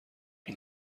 این